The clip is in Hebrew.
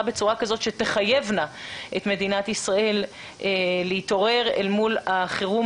בצורה כזאת שתחייבנה את מדינת ישראל להתעורר אל מול החירום